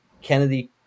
Kennedy